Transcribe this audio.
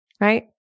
right